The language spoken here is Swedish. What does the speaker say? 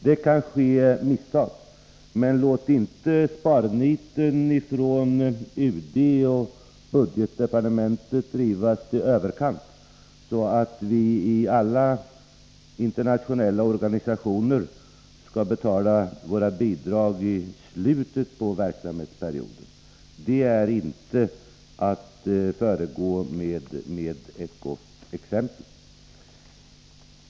Det kan ske misstag, men låt inte UD:s och budgetdepartementets sparnit drivas i överkant, så att vii alla internationella organisationer betalar våra bidrag i slutet av verksamhetsperioden. Det är inte att föregå med gott exempel.